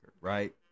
right